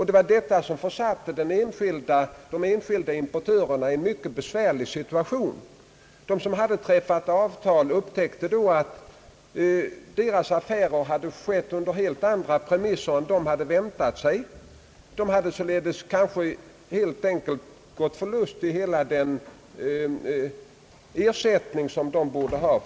Det var den utvecklingen som försatte de enskilda importörerna i en mycket besvärlig situation. De som hade ingått avtal upptäckte, att deras affärsuppgörelser hade träffats under helt andra premisser än man väntat sig. Därigenom hade de kanske gått förlustig hela den ersättning som bort utgå.